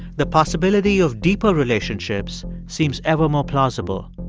the possibility of deeper relationships seems ever more plausible,